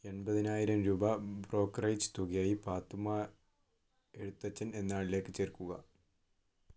എൺപതിനായിരം രൂപ ബ്രോക്കറേജ് തുകയായി പാത്തുമ്മ എഴുത്തച്ഛൻ എന്നയാളിലേക്ക് ചേർക്കുക